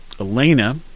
Elena